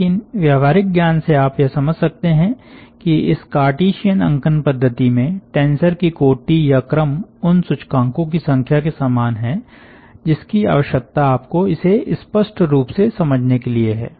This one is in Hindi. लेकिन व्यावहारिक ज्ञान से आप यह समझ सकते हैं कि इस कार्टिसियन अंकन पद्धति में टेंसर की कोटी या क्रम उन सूचकांकों की संख्या के समान है जिसकी आवश्यकता आपको इसे स्पष्ट रूप से समझने के लिए है